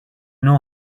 know